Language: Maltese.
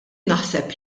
naħseb